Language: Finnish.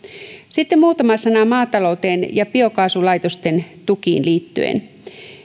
sitten muutama sana maatalouteen ja biokaasulaitosten tukiin liittyen